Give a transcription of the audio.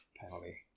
penalty